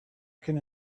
can